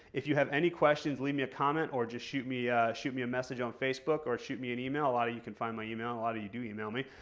if you have any questions leave me a comment, or just shoot me shoot me a message on facebook, or shoot me an email. a lot of you can find my email. a lot of you do email me.